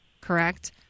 correct